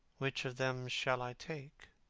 which of them shall i take?